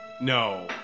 No